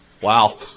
Wow